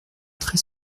très